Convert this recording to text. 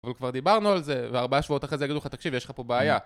אבל כבר דיברנו על זה, וארבעה שבועות אחרי זה יגידו לך, תקשיב, יש לך פה בעיה